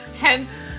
hence